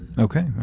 okay